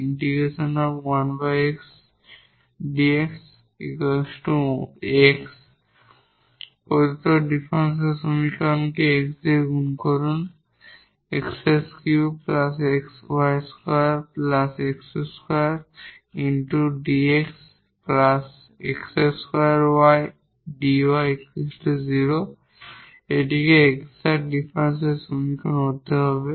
integrating factor প্রদত্ত differential সমীকরণকে x দিয়ে গুণ করুন এটিকে এক্সাট ডিফারেনশিয়াল সমীকরণে হতে হবে